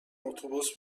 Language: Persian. اتوبوس